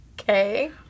Okay